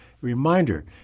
Reminder